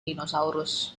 dinosaurus